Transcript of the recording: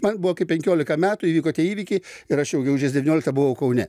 man buvo kai penkiolika metų įvyko tie įvykiai ir aš jau gegužės devynioliktą buvau kaune